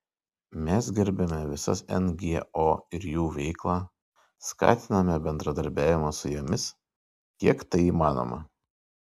mes gerbiame visas ngo ir jų veiklą skatiname bendradarbiavimą su jomis kiek tai įmanoma